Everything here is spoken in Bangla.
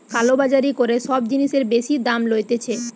কালো বাজারি করে সব জিনিসের বেশি দাম লইতেছে